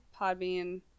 Podbean